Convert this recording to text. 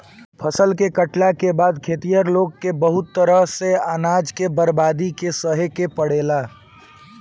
फसल के काटला के बाद खेतिहर लोग के बहुत तरह से अनाज के बर्बादी के सहे के पड़ेला